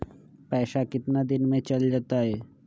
पैसा कितना दिन में चल जतई?